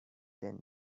then